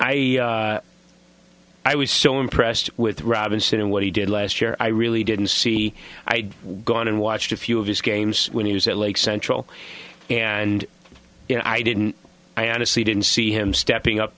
i i was so impressed with robinson and what he did last year i really didn't see i'd gone and watched a few of his games when he was at lake central and you know i didn't i honestly didn't see him stepping up